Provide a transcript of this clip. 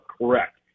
correct